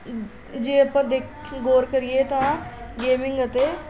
ਜੇ ਆਪਾਂ ਦੇਖ ਗੌਰ ਕਰੀਏ ਤਾਂ ਗੇਮਿੰਗ ਅਤੇ